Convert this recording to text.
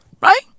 Right